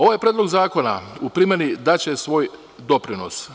Ovaj Predlog zakona u primeni daće svoj doprinos.